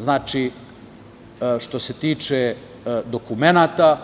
Znači, što se tiče dokumenata,